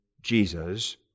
Jesus